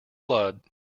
blood